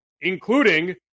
including